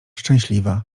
szczęśliwa